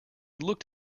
looked